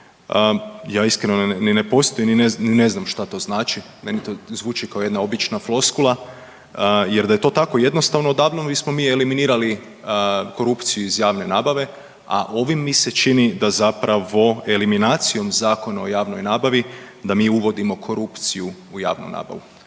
Ja iskreno, ni ne postoji, ni ne znam što to znači, meni to zvuči kao jedna obična floskula, jer da je to tako jednostavno odavno bismo mi eliminirali korupciju iz javne nabave, a ovim mi se čini da zapravo eliminacijom Zakona o javnoj nabavi da mi uvodimo korupciju u javnu nabavu.